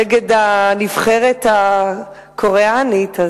נגד הנבחרת הקוריאנית.